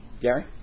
Gary